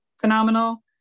phenomenal